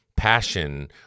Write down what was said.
passion